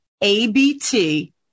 ABT